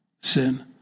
sin